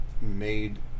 made